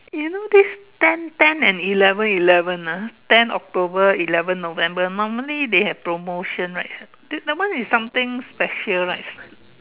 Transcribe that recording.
you know this ten ten and eleven eleven ah ten October eleven November normally they have promotion right that one is something special right